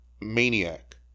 maniac